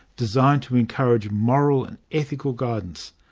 designed to encourage moral and ethical guidance.